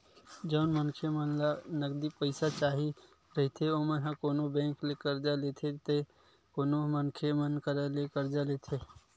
जउन मनखे मन ल नगदी पइसा चाही रहिथे ओमन ह कोनो बेंक ले करजा लेथे ते कोनो मनखे मन करा ले करजा लेथे